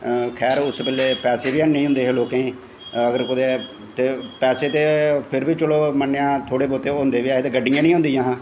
खैर उस बेल्लै पैसे बी नी होंदे हे लोकें कोल ते अगर कुतै पैसे ते पैसे चलो मन्नेआ थोह्ड़े बौह्ते होंदे बी हे चे गड्डियां नी होंदियां हियां